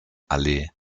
allee